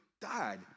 died